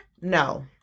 No